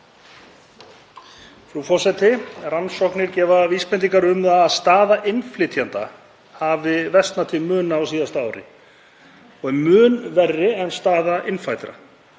Frú forseti. Rannsóknir gefa vísbendingar um að staða innflytjenda hafi versnað til muna á síðasta ári og sé mun verri en staða innfæddra.